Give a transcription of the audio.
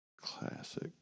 classic